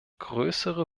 größere